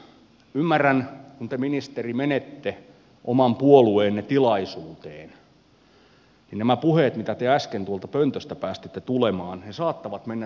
ymmärrän että kun te ministeri menette oman puolueenne tilaisuuteen niin nämä puheet mitä te äsken tuolta pöntöstä päästitte tulemaan saattavat mennä siellä läpi